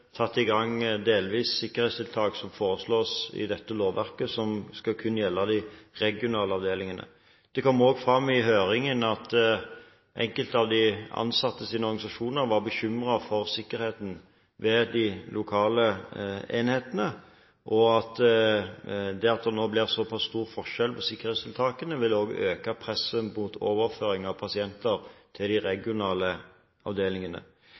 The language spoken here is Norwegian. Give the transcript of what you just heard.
satt i gang sikkerhetstiltak, slik det foreslås i dette lovverket, og som kun skal gjelde de regionale avdelingene. Det kom også fram i høringen at enkelte av de ansattes organisasjoner var bekymret for sikkerheten ved de lokale enhetene og for det at det nå blir så pass stor forskjell på sikkerhetstiltakene, også vil øke presset om overføring av pasienter til de regionale avdelingene.